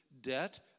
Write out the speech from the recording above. debt